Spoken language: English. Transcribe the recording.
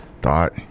Thought